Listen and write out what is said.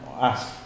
ask